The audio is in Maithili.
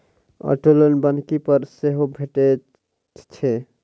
औटो लोन बन्हकी पर सेहो भेटैत छै